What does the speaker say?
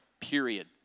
period